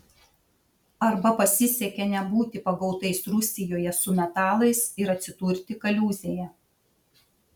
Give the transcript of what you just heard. arba pasisekė nebūti pagautais rusijoje su metalais ir atsidurti kaliūzėje